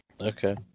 Okay